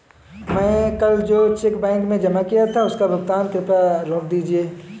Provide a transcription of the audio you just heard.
मैं कल जो चेक बैंक में जमा किया था उसका भुगतान कृपया रोक दीजिए